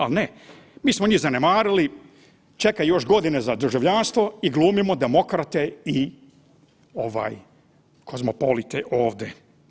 Ali ne, mi smo njih zanemarili, čekamo još godine za državljanstvo i glumimo demokrate i ovaj kozmopolite ovde.